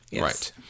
right